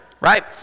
Right